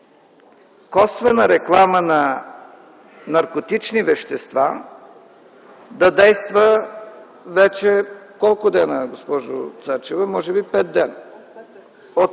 косвена реклама на наркотични вещества да действа вече ... Колко дни, госпожо Цачева? Може би 5 дни?